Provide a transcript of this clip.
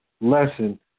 lesson